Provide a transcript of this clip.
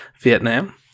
vietnam